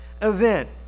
event